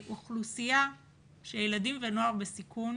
האוכלוסייה של ילדים ונוער בסיכון